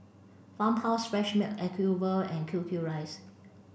Farmhouse Fresh Milk Acuvue and Q Q Rice